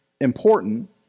important